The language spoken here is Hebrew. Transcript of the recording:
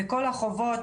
בכל החובות.